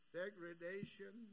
degradation